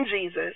Jesus